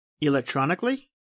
Electronically